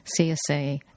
CSA